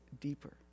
deeper